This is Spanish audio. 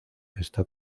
está